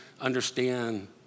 understand